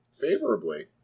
favorably